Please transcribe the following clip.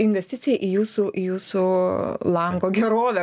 investicija į jūsų į jūsų lango gerovę